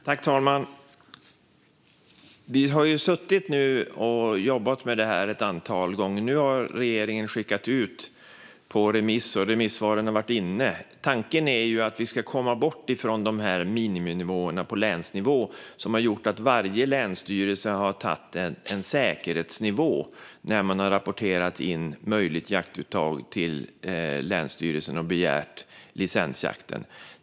Fru talman! Vi har nu suttit och jobbat med detta ett antal gånger. Nu har regeringen skickat ut det på remiss, och remissvaren har kommit in. Tanken är att vi ska komma bort från miniminivåerna på länsnivå, som har gjort att varje länsstyrelse har satt en säkerhetsnivå när man har rapporterat in möjligt jaktuttag och begärt licensjakt.